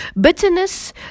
Bitterness